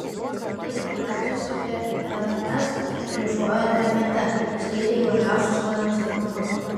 ji informacijos apie es ieškojo internete skaitė įvairiausius lankstinukus